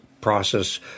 process